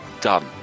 Done